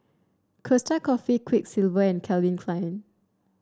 Costa Coffee Quiksilver and Calvin Klein